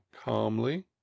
calmly